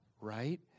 Right